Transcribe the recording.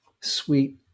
sweet